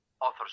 authors